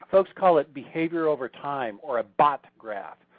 folks call it behavior over time or a bot graph.